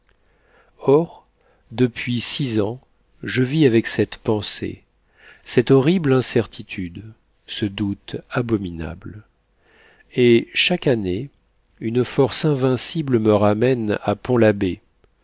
depuis six ans je vis avec cette pensée cette horrible incertitude ce doute abominable et chaque année une force invincible me ramène à pont labbé